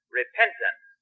repentance